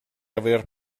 aver